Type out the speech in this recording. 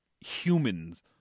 humans